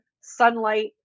sunlight